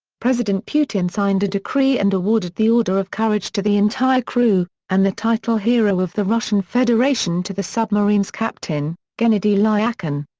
president putin signed a decree and awarded the order of courage to the entire crew, and the title hero of the russian federation to the submarine's captain, gennady lyachin.